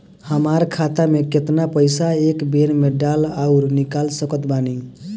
हमार खाता मे केतना पईसा एक बेर मे डाल आऊर निकाल सकत बानी?